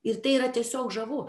ir tai yra tiesiog žavu